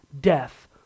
death